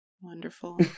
Wonderful